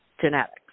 genetics